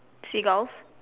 seagulls